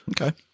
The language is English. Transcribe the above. okay